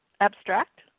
abstract